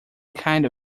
kind